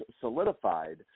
solidified